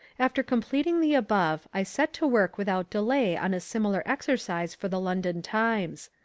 after completing the above i set to work without delay on a similar exercise for the london times.